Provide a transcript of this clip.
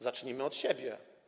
Zacznijmy od siebie.